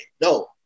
No